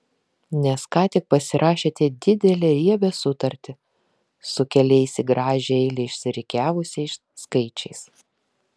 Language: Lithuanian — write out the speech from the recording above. nes ką tik pasirašėte didelę riebią sutartį su keliais į gražią eilę išsirikiavusiais skaičiais